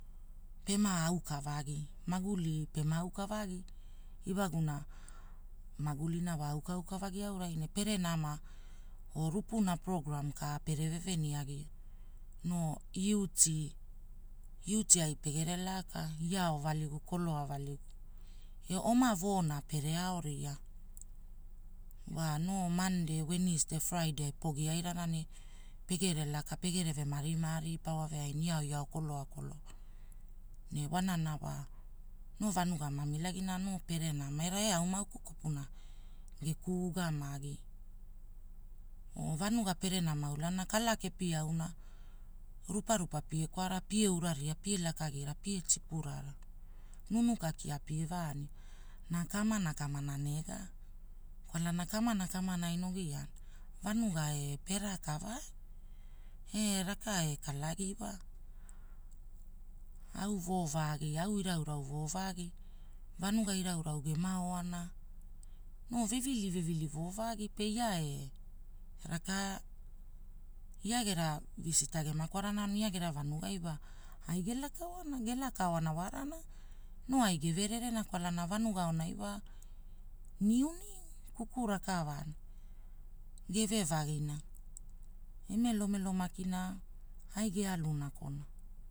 Pema aokavagi, maguli pema aoka vagi. Iwaguna, magulina wa aoka aoka vagi auraine pere nama, rupana prograam ka pere veveniagia, noo yutii, yutii ai pegere laka, iao valigu koloa valigu, e oma voona pere aoria. Wa noo Mandei Wenisdei Fraidei pogi airana ne. Pegere laka pegereva marimari pa wave aina iao koloa koloa. Ne woanana wa, noo vanua mamilagina noo pere nama era ee au maauku kopuna. Geku ugamagi. Wo vanua pene nama ulana kala kepi auna. Rupa rupa pie kwara, pie uraria pie lakagina pie tipura. Nunuka kia pie vaa anira, na kamana kamananega, kwalana kamana kamana enovea, wanugai pera kawa? ee raka e kalagiiwa? Au woo vagi ai irau irau woovagi, vanua irauirau gema oana, noo vevili vevili vo vagi pe ia e. Raka, ia gera visita gema kwarana aonai ia gera vanuai wa. Ae gela kawana gela kawana warana? Nuai gevererena kwalana vanuga aonai wa. Niu niu, kuku raka- vanana geve vagina. Emelo melo makina, ai gealu nakona.